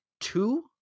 two